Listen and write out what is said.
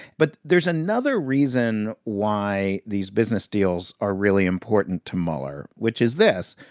but there's another reason why these business deals are really important to mueller, which is this.